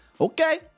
Okay